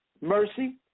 mercy